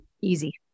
Easy